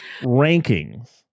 rankings